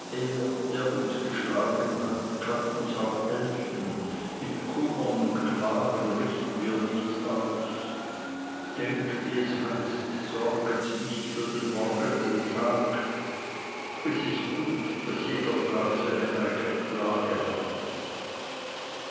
der uns geschlagen hat kann uns auch helfen mit kummern und klagen richten wir nichts aus denk wie es heißt sorget nicht für den morgenden tag es ist gut daß jeder tag seine eigene plage habe